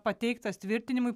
pateiktas tvirtinimui